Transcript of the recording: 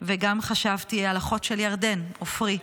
וגם על אחות של ירדן, עפרי,